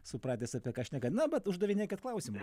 supratęs apie ką šneka na bet uždavinėkit klausimą